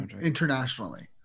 internationally